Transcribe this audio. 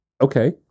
Okay